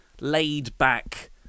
laid-back